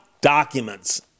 documents